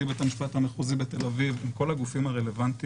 בית המשפט המחוזי בתל אביב ועם כל הגופים הרלוונטיים.